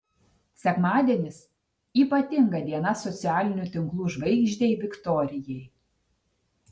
sekmadienis ypatinga diena socialinių tinklų žvaigždei viktorijai